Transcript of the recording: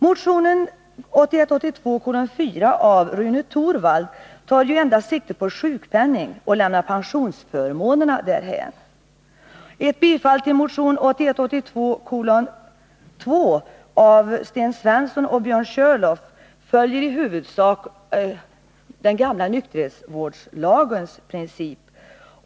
Motion 1981 82:2 av Sten Svensson och Björn Körlof följer i huvudsak den gamla nykterhetsvårdslagens princip.